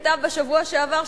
כתב בשבוע שעבר,